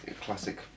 classic